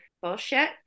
bullshit